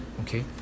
okay